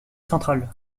central